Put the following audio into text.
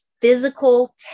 physical